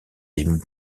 des